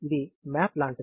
ఇది మ్యాప్ లాంటిది